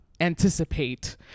anticipate